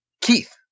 Keith